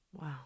Wow